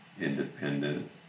Independent